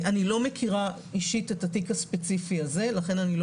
אני לא מכירה אישית את התיק הספציפי הזה לכן אני לא